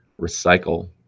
recycle